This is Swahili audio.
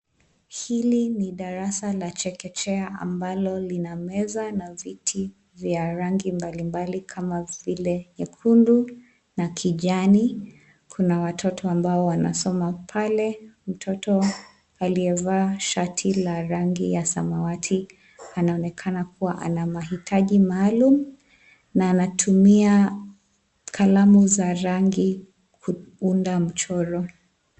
Hili ni darasa la chekechea ambalo lina meza na viti vya rangi mbalimbali kama vile nyekundu na kijani. Kuna watoto ambao wanasoma pale, mtoto alievaa shati la rangi ya samawati. Anaonekana kuwa ana mahitaji maalum na anatumia kalamu za rangi kuunda mchoro.